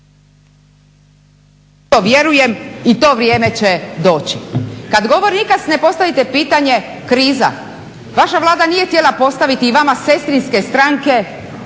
to vjerujem i to vrijeme će doći. Kada … ne postavite pitanje kriza. Vaša vlada nije postaviti i vama sestrinske stranke